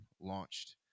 launched